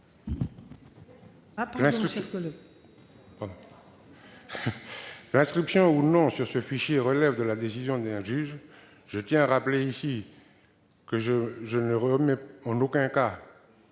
L'inscription ou non dans ce fichier relève de la décision d'un juge. Je tiens à rappeler ici que je ne remets nullement